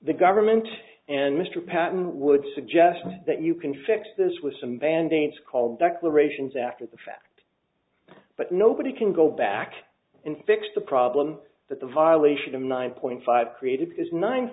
the government and mr patten would suggest that you can fix this with some band aids call declarations after the fact but nobody can go back and fix the problem that the violation of nine point five created because nine